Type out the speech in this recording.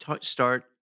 start